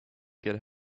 get